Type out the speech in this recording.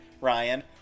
Ryan